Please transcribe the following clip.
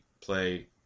play